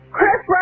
Chris